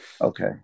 okay